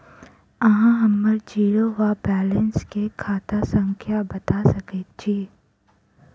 अहाँ हम्मर जीरो वा बैलेंस केँ खाता संख्या बता सकैत छी?